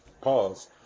Pause